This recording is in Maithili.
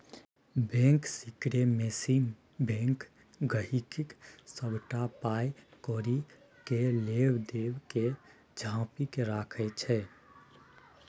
बैंक सिकरेसीमे बैंक गांहिकीक सबटा पाइ कौड़ी केर लेब देब केँ झांपि केँ राखय छै